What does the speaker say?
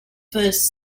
first